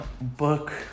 Book